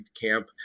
camp